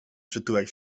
przytułek